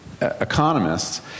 economists